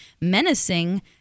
menacing